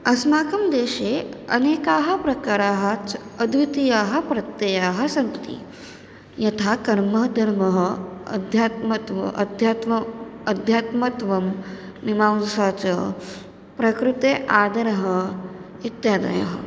अस्माकं देशे अनेकाः प्रकाराः च अद्वितीयाः प्रत्ययाः सन्ति यथा कर्मः धर्मः अध्यात्मत्वम् अध्यात्मम् अध्यात्मत्वं मीमांसा च प्रकृतेः आदरः इत्यादयः